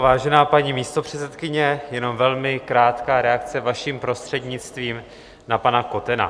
Vážená paní místopředsedkyně, jenom velmi krátká reakce, vaším prostřednictvím, na pana Kotena.